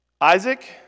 Isaac